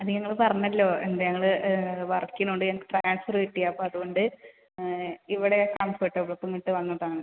അത് ഞങ്ങൾ പറഞ്ഞല്ലോ എന്ത് ഞങ്ങൾ വർക്ക് ചെയ്യുന്നതുകൊണ്ട് എനിക്ക് ട്രാൻസ്ഫർ കിട്ടി അപ്പം അതുകൊണ്ട് ഇവിടെ കംഫർട്ടബിൾ അപ്പം ഇങ്ങോട്ട് വന്നതാണ്